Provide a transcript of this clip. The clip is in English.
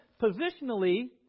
Positionally